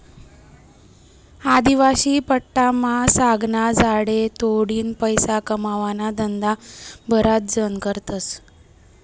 आदिवासी पट्टामा सागना झाडे तोडीन पैसा कमावाना धंदा बराच जण करतस